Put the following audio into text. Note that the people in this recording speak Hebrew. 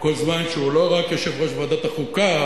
כל זמן שהוא לא רק יושב-ראש ועדת החוקה,